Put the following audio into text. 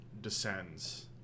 descends